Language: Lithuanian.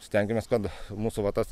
stengiamės kad mūsų va tas